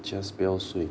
just 不要睡